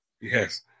Yes